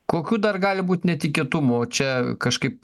kokių dar gali būt netikėtumų čia kažkaip